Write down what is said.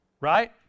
Right